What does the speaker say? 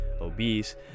obese